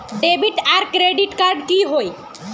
Debit आर credit card की होय?